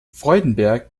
freudenberg